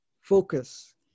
focus